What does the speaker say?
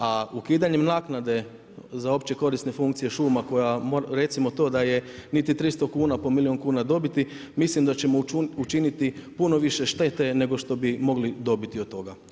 A ukidanjem naknade za opće korisne funkcije šuma, koja, recimo to da niti 300 kn, po milijun kuna dobiti, mislim da ćemo učiniti puno više štete, nego što bi mogli dobiti od toga.